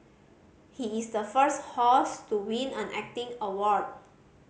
he is the first host to win an acting award